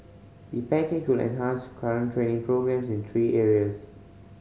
the package will enhance current training programmes in three areas